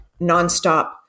nonstop